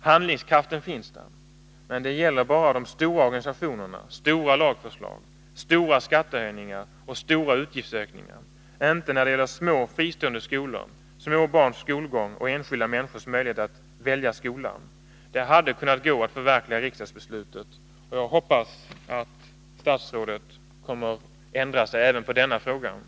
Handlingskraften finns där — men bara när det gäller stora organisationer, stora lagförslag, stora skattehöjningar och stora utgiftsökningar. Inte när det gäller små fristående skolor, små barns skolgång och enskilda människors möjlighet att välja skola. Det hade kunnat gå att förverkliga riksdagsbeslutet 1983/84, och jag hoppas att statsrådet kommer att ändra sig även när det gäller denna fråga.